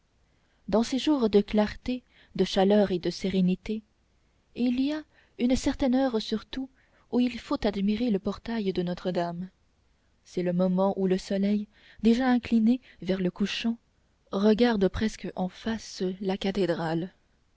dans ces jours de clarté de chaleur et de sérénité il y a une certaine heure surtout où il faut admirer le portail de notre-dame c'est le moment où le soleil déjà incliné vers le couchant regarde presque en face la cathédrale